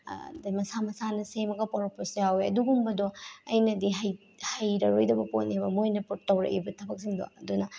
ꯑꯗꯨꯗꯩ ꯃꯁꯥ ꯃꯁꯥꯅ ꯁꯦꯝꯃꯒ ꯄꯨꯔꯛꯄꯁꯨ ꯌꯥꯎꯏ ꯑꯗꯨꯒꯨꯝꯕꯗꯣ ꯑꯩꯅꯗꯤ ꯍꯩꯔꯔꯣꯏꯗꯕ ꯄꯣꯠꯅꯦꯕ ꯃꯣꯏꯅ ꯇꯧꯔꯛꯏꯕ ꯊꯕꯛꯁꯤꯡꯗꯣ ꯑꯗꯨꯅ